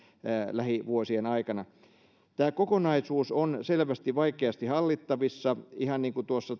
lähivuosien aikana tämä kokonaisuus on selvästi vaikeasti hallittavissa ihan niin kuin tuossa